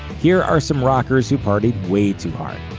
here are some rockers who partied way too hard.